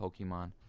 Pokemon